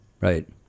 Right